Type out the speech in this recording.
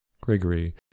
Gregory